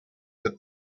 that